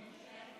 כן.